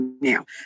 now